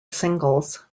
singles